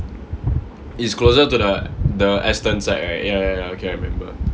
it's closer to the the Aston side right ya ya okay I remember